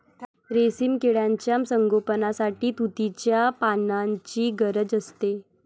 रेशीम किड्यांच्या संगोपनासाठी तुतीच्या पानांची गरज असते